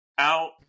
out